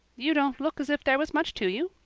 you don't look as if there was much to you.